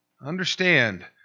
Understand